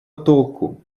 толку